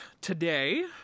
Today